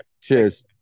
cheers